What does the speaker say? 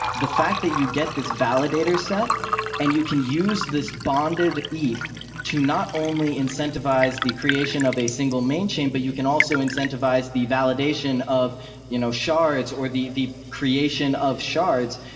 the fact that you get this validator set and you can use this bonded eth to not only incentivize the creation of a single main chain, but you can also incentivize the validation of you know shards or the the of shards.